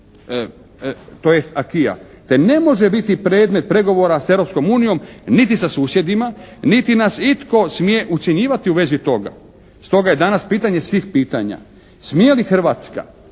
te ne može biti predmet pregovora s Europskom unijom niti sa susjedima niti nas itko smije ucjenjivati u vezi toga. Stoga je danas pitanje svih pitanja. Smije li Hrvatska